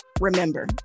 remember